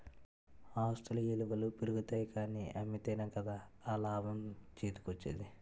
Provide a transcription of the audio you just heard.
ఆస్తుల ఇలువలు పెరుగుతాయి కానీ అమ్మితేనే కదా ఆ లాభం చేతికోచ్చేది?